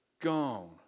Gone